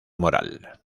moral